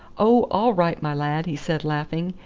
oh! all right, my lad, he said, laughing.